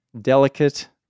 delicate